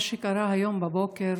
מה שקרה היום בבוקר